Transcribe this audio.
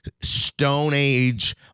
stone-age